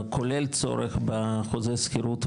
כולל צורך בחוזה שכירות,